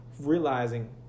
realizing